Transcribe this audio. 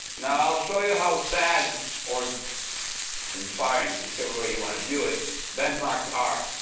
now i'll show you how sad or inspiring, whichever way you want to view it benchmarks are.